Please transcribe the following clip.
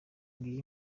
ngiyi